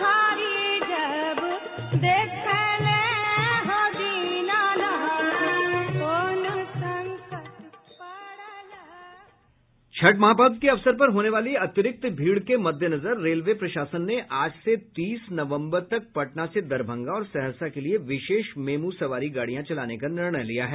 hold Chhath गीत छठ महापर्व के अवसर पर होने वाली अतिरिक्त भीड़ के मद्देनजर रेलवे प्रशासन ने आज से तीस नवम्बर तक पटना से दरभंगा और सहरसा के लिए विशेष मेमू सवारी गाड़ियाँ चलाने का निर्णय लिया है